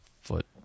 foot